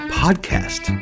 podcast